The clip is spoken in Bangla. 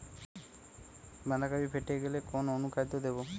বাঁধাকপি ফেটে গেলে কোন অনুখাদ্য দেবো?